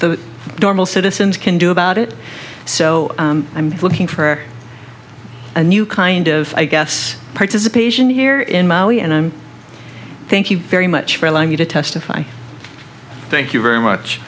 the normal citizens can do about it so i'm looking for a new kind of i guess participation here in maui and i'm thank you very much for allowing me to testify thank you very much